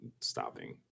stopping